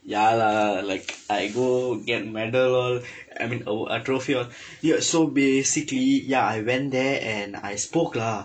ya lah like I go get medal all I mean aw~ trophy all dude so basically ya I went there and I spoke lah